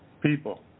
people